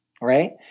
Right